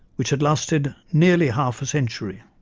which had lasted nearly half a century.